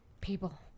People